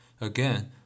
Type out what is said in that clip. Again